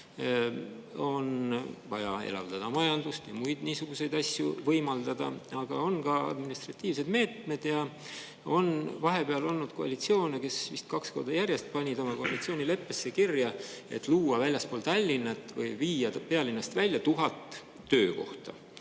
on vaja elavdada majandust ja muid niisuguseid asju võimaldada, aga on ka administratiivsed meetmed. On vahepeal olnud koalitsioone, kes vist kaks korda järjest panid oma koalitsioonileppesse kirja, et luua väljaspool Tallinna või viia pealinnast välja 1000 töökohta.